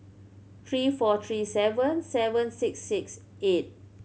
three four three seven seven six six eight